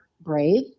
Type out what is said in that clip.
brave